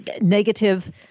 negative